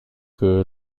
que